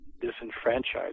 disenfranchised